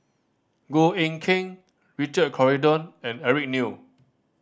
Goh Eck Kheng Richard Corridon and Eric Neo